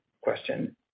question